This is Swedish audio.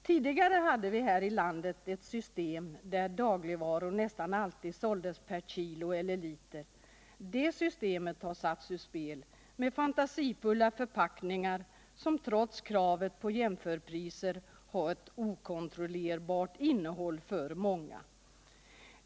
Tidigare hade vi här i landet ett system där dagligvaror nästan alltid såldes per kilo eller liter. Det systemet har satts ur spel med fantasifulla förpackningar som trots krav på jämförpris har ett okontrollerbart innehåll för många.